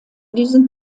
diesen